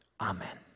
Amen